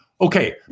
Okay